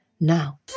Now